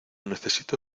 necesito